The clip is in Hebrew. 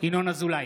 ינון אזולאי,